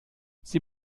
sie